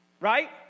right